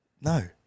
No